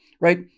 right